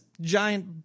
giant